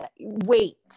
wait